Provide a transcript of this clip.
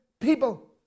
people